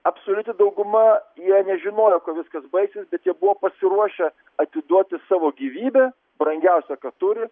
absoliuti dauguma jie nežinojo kuo viskas baigis bet jie buvo pasiruošę atiduoti savo gyvybę brangiausia ką turi